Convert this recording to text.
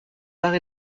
arts